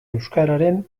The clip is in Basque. euskararen